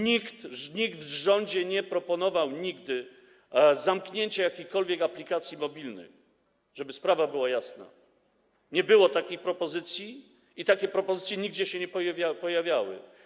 Nikt w rządzie nie proponował nigdy zamknięcia jakichkolwiek aplikacji mobilnych, żeby sprawa była jasna, nie było takiej propozycji i takie propozycje nigdzie się nie pojawiały.